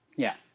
yeah.